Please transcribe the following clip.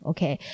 Okay